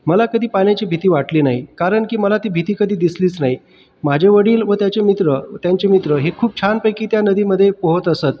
मला कधी पाण्याची भीती वाटली नाही कारण की मला ती भीती कधी दिसलीच नाही माझे वडील व त्याचे मित्र त्यांचे मित्र हे खूप छानपैकी त्या नदीमध्ये पोहत असत